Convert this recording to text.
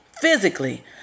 physically